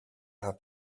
have